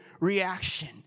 reaction